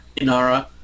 Inara